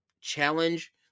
challenge